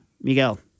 Miguel